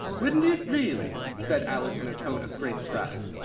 wouldn't it really? said alice in a tone of great surprise.